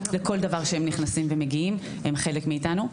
לכל דבר שהם נכנסים ומגיעים הם חלק מאיתנו.